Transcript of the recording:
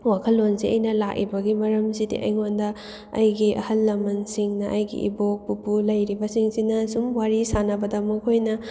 ꯋꯥꯈꯜꯂꯣꯟꯁꯦ ꯑꯩꯅ ꯂꯥꯛꯏꯕꯒꯤ ꯃꯔꯝꯁꯤꯗꯤ ꯑꯩꯉꯣꯟꯗ ꯑꯩꯒꯤ ꯑꯍꯜ ꯂꯃꯟꯁꯤꯡꯅ ꯑꯩꯒꯤ ꯏꯕꯣꯛ ꯄꯨꯄꯨ ꯂꯩꯔꯤꯕꯁꯤꯡꯁꯤꯅ ꯁꯨꯝ ꯋꯥꯔꯤ ꯁꯥꯟꯅꯕꯗ ꯃꯈꯣꯏꯅ